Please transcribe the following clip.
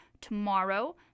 tomorrow